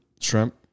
Shrimp